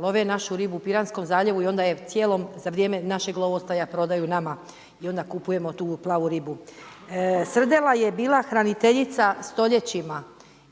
love našu ribu u Piranskom zaljevu i onda je cijelom za vrijeme našeg lovostaja prodaju nama i onda kupujemo tu plavu ribu. Srdela je bila hraniteljica stoljećima